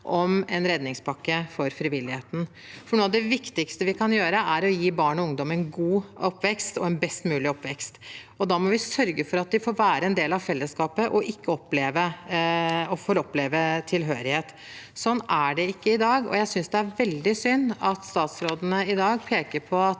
om en redningspakke for frivilligheten. Noe av det viktigste vi kan gjøre, er å gi barn og ungdom en god og best mulig oppvekst, og da må vi sørge for at de får være en del av fellesskapet og får oppleve tilhørighet. Sånn er det ikke i dag. Jeg synes det er veldig synd at statsrådene i dag peker på